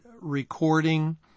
recording